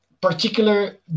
particular